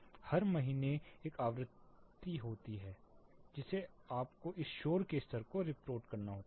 हर महीने हर महीने एक आवृत्ति होती है जिसे आपको इस शोर के स्तर की रिपोर्ट करना होगा